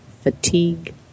fatigue